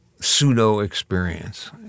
pseudo-experience